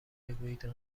بگویید